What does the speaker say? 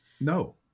no